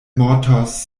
mortos